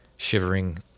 Shivering